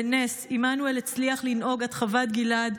בנס עמנואל הצליח לנהוג עד חוות גלעד,